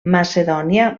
macedònia